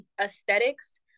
aesthetics